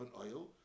oil